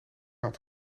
had